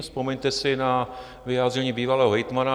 Vzpomeňte si na vyjádření bývalého hejtmana: